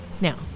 Now